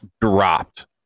dropped